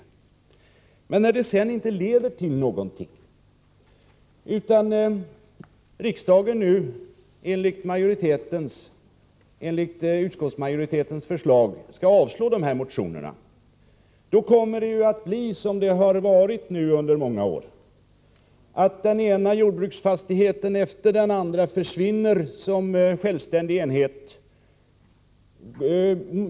Men när detta sedan inte leder till någonting annat än avslag på motionerna, då kommer det att fortsätta som det har varit under många år, dvs. att den ena jordbruksfastigheten efter den andra försvinner som självständig enhet.